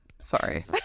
Sorry